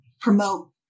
promote